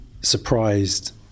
surprised